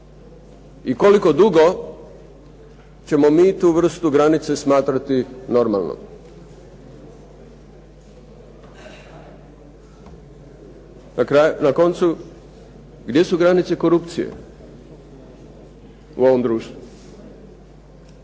I koliko dugo ćemo mi tu vrstu granice smatrati normalnom? Na koncu, gdje su granice korupcije u ovom društvu?